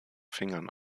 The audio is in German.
fingern